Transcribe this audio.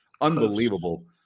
Unbelievable